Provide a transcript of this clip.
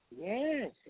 Yes